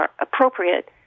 appropriate